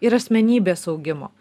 ir asmenybės augimo